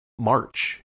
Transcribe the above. march